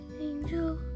angel